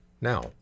now